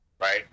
right